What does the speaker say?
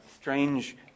Strange